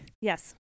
Yes